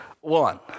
one